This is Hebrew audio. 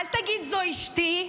אל תגיד: זו אשתי.